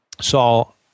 Saul